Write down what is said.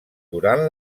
durant